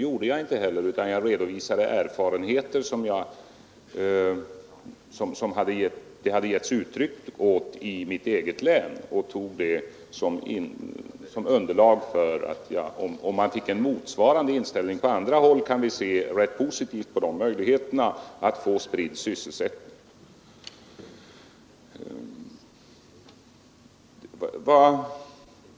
Jag redovisade erfarenheter från mitt eget län och tog dem som underlag för mitt resonemang om att om det blev en motsvarande inställning på andra håll kan vi se positivt på möjligheterna att få en spridd sysselsättning.